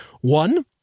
one